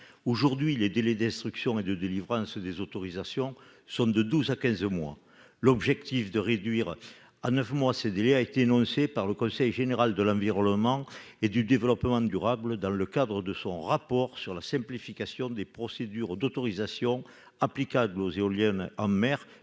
aujourd'hui, les délais d'instruction et de délivrance des autorisations sont de 12 à 15 mois l'objectif de réduire à neuf mois ce délai a été énoncée par le conseil général de l'environnement et du développement durable dans le cadre de son rapport sur la simplification des procédures d'autorisation applicable aux éoliennes en mer,